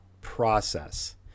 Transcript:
process